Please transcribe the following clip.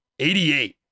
88